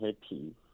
happy